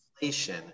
inflation